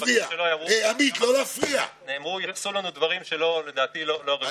אך בעיקר בעיתות משבר, עלינו לדאוג לאוכלוסייה